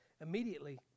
Immediately